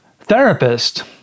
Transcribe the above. therapist